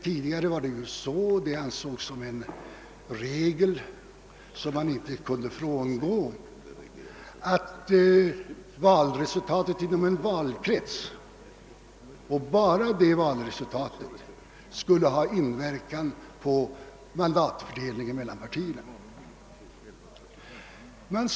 Tidigare betraktades det som en ofrånkomlig regel, som man inte kunde frångå, att valresultatet inom en valkrets — och bara detta valresultat — skulle ha inverkan på mandatfördelningen mellan partierna inom kretsen.